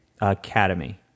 Academy